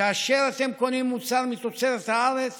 שכאשר אתם קונים מוצר מתוצרת הארץ